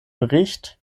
bericht